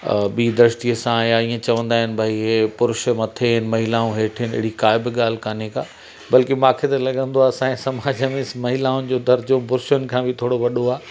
ॿी दृष्टीअ सां या इएं चवंदा आहिनि हे पुरुष मथे आहिनि महिलाऊं हेठि आहिनि अहिड़ी काई बि ॻाल्हि कोन्हे का बल्कि मूंखे त लॻंदो आहे असांजे समाज में महिलाउनि जो दर्जो पुरुषनि खां बि थोरो वॾो आहे